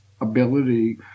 ability